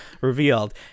revealed